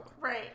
right